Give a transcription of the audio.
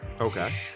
okay